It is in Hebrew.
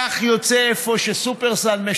כך יוצא אפוא ששופרסל,